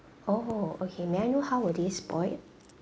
oh okay may I know how were they spoiled